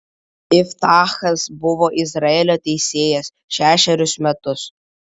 iftachas buvo izraelio teisėjas šešerius metus